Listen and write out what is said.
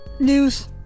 News